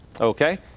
Okay